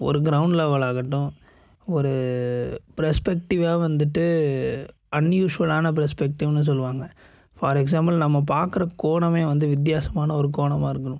ஒரு ground level ஆகட்டும் ஒரு பிரெஸ்பெக்டிவ்வாக வந்துட்டு அன்யூஸுவலான பிரெஸ்பெக்டிவ்ன்னு சொல்லுவாங்க ஃபார் எக்ஸ்சாம்பிள் நம்ம பார்க்குற கோணமே வந்து வித்தியாசமான ஒரு கோணமாக இருக்கணும்